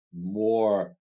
more